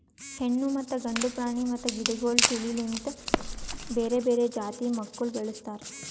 ಹೆಣ್ಣು ಮತ್ತ ಗಂಡು ಪ್ರಾಣಿ ಮತ್ತ ಗಿಡಗೊಳ್ ತಿಳಿ ಲಿಂತ್ ಬೇರೆ ಬೇರೆ ಜಾತಿ ಮಕ್ಕುಲ್ ಬೆಳುಸ್ತಾರ್